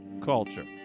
culture